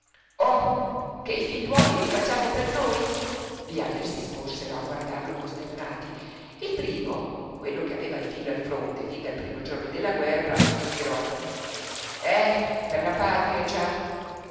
o che i figliuoli li facciamo per noi gli altri si sporsero a guardarlo costernati il primo quello che aveva il figlio al fronte fin dal primo giorno della guerra sospirò eh per la patria già